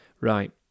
Right